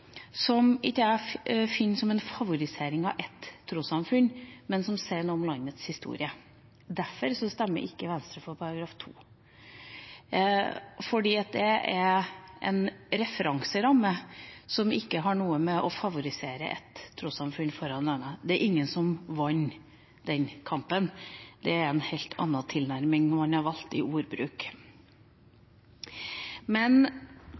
som jeg ikke ser som en favorisering av ett trossamfunn, men som sier noe om landets historie. Derfor stemmer ikke Venstre for § 2, det er en referanseramme som ikke har noe med å favorisere ett trossamfunn foran et annet å gjøre. Det er ingen som vant den kampen. Det er en helt annen tilnærming man har valgt i ordbruk.